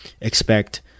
expect